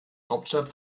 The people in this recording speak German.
hauptstadt